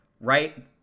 Right